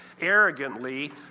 arrogantly